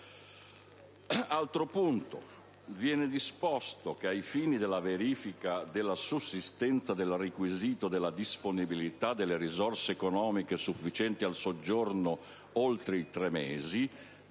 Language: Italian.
Viene poi disposto che ai fini della verifica della sussistenza del requisito della disponibilità delle risorse economiche sufficienti al soggiorno oltre i tre mesi